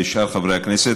ושאר חברי הכנסת.